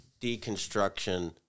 deconstruction